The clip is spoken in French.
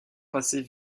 passait